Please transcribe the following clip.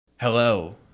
Hello